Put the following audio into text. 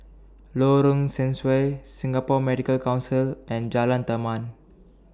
Lorong Sesuai Singapore Medical Council and Jalan Taman